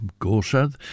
Gorsad